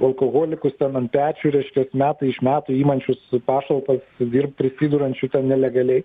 alkoholikus ten ant pečių reiškias metai iš metų imančius pašalpas ir dirbt prisidedančių ten nelegaliai